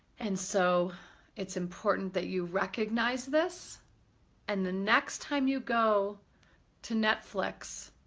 and so it's important that you recognize this and the next time you go to netflix,